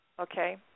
okay